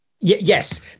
Yes